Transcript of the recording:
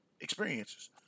experiences